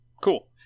Cool